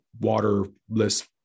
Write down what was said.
waterless